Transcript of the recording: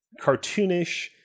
cartoonish